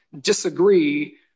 disagree